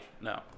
no